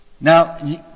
Now